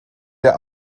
der